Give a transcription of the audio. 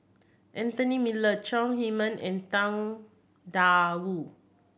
Anthony Miller Chong Heman and Tang Da Wu